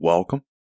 Welcome